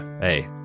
hey